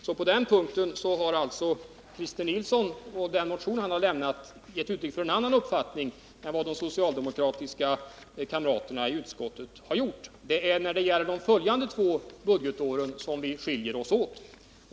Härvidlag har alltså Christer Nilsson i sin motion gett uttryck för en annan uppfattning än de socialdemokratiska kamraterna i utskottet har gjort. Det är när det gäller de följande två budgetåren som vi skiljer oss åt.